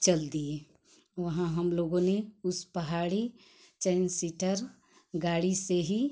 चल दिए वहाँ हम लोगों ने उस पहाड़ी चैन सीटर गाड़ी से ही